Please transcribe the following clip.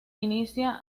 inicia